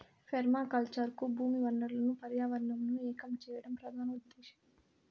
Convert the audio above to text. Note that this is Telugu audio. పెర్మాకల్చర్ కు భూమి వనరులను పర్యావరణంను ఏకం చేయడం ప్రధాన ఉదేశ్యం